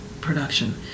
production